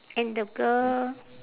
and the girl